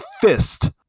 fist